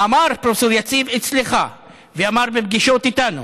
אמר פרופ' יציב אצלך, ואמר בפגישות איתנו,